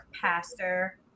pastor